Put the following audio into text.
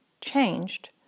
changed